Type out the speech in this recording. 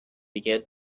began